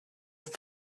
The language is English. both